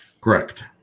Correct